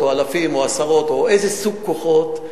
או אלפים או עשרות או איזה סוג כוחות.